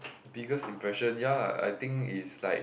biggest impression ya I think is like